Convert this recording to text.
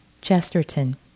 Chesterton